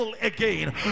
again